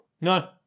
No